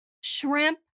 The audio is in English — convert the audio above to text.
shrimp